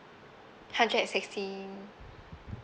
hundred and sixty